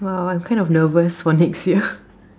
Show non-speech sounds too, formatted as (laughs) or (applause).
!wow! I'm kinda nervous for next year (laughs)